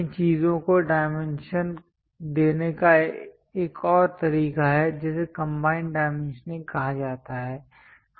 इन चीजों को डायमेंशन देने का एक और तरीका है जिसे कंबाइंड डाइमेंशनिंग कहा जाता है